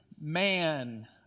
man